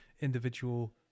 individual